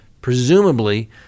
presumably